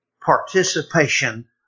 participation